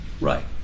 Right